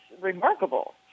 remarkable